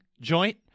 joint